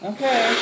Okay